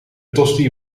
tosti